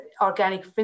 Organic